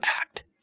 Act